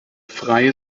frei